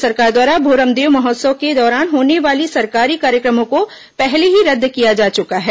राज्य सरकार द्वारा भोरमदेव महोत्सव के दौरान होने वाले सरकारी कार्यक्रमों को पहले ही रद्द किया जा चुका है